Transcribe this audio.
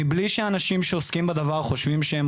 מבלי שאנשים שעוסקים בדבר חושבים שהם